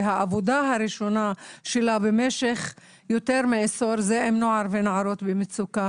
והעבודה הראשונה שלה במשך יותר מעשור זה עם נוער ונערות במצוקה.